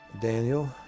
Daniel